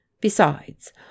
Besides